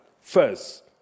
first